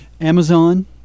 Amazon